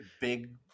Big